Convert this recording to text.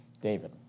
David